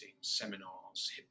seminars